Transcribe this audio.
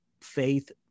faith